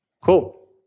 Cool